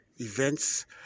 Events